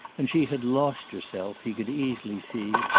and she had lost herself, he could easily see,